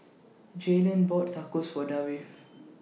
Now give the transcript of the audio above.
Jaylene bought Tacos For Davie